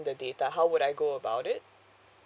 the data how would I go about it